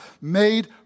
made